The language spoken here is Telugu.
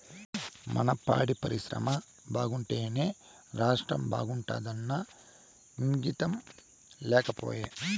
మన పాడి పరిశ్రమ బాగుంటేనే రాష్ట్రం బాగుంటాదన్న ఇంగితం లేకపాయే